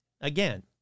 Again